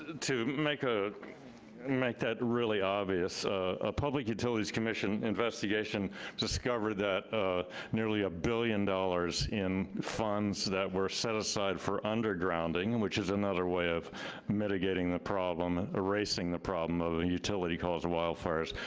to make ah make that really obvious, a public utilities commission investigation discovered that nearly a billion dollars in funds that were set aside for undergrounding, which is another way of mitigating the problem, and erasing the problem of the and utility caused a wild fires.